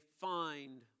find